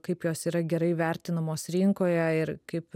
kaip jos yra gerai vertinamos rinkoje ir kaip